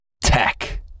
Tech